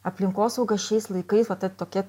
aplinkosauga šiais laikais va ta tokia